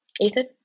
Ethan